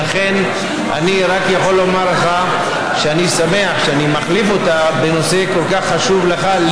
לכן אני רק יכול לומר לך שאני שמח שאני מחליף אותה בנושא כל כך חשוב לך,